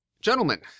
Gentlemen